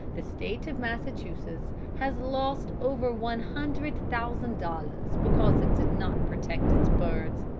the state of massachusetts has lost over one hundred thousand dollars because it did not protect its birds.